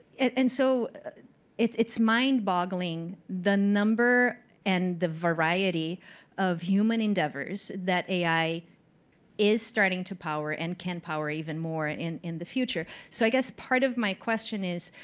and so it's it's mind-boggling the number and the variety of human endeavors that ai is starting to power and can power even more in in the future. so i guess part of my question is